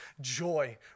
joy